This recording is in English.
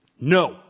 No